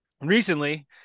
Recently